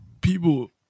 People